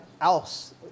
else